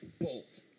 bolt